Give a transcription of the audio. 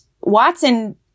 Watson